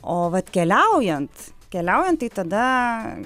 o vat keliaujant keliaujant tai tada